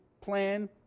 plan